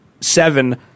seven